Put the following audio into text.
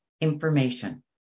information